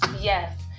Yes